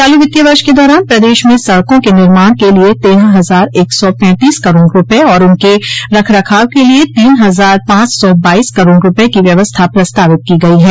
चालू वित्तीय वर्ष के दौरान प्रदेश में सड़कों के निर्माण के लिये तेरह हजार एक सौ पैंतीस करोड़ रूपये और उनके रख रखाव के लिये तीन हजार पांच सौ बाईस करोड़ रूपये की व्यवस्था प्रस्तावित की गई है